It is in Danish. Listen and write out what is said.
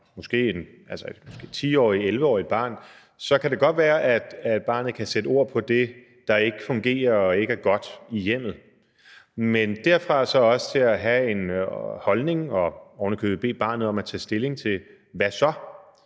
måske 10-11-årigt barn, kan det godt være, at barnet kan sætte ord på det, der ikke fungerer og ikke er godt i hjemmet, men som barn at have en holdning og ovenikøbet blive bedt om at tage stilling til, hvad der